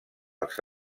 als